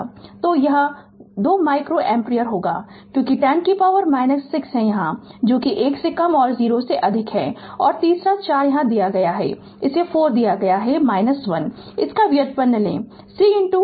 Refer Slide Time 0224 तो यह 2 micro ampere होगा क्योंकि 10 कि पावर 6 यहां है जो कि 1 से कम 0 से अधिक है और तीसरा 4 यहां दिया है इसे 4 में दिया गया था 1 इसका व्युत्पन्न लें C dvdt